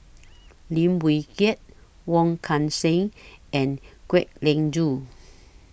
Lim Wee Kiak Wong Kan Seng and Kwek Leng Joo